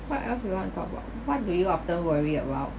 what else do you want to talk about what do you often worry about